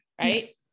right